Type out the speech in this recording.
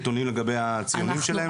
נתונים לגבי הציונים שלהם?